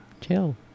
chill